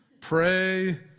Pray